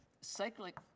cyclic